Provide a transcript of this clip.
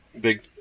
big